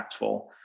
impactful